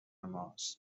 ماست